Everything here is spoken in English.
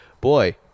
boy